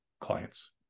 clients